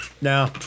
No